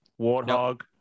Warthog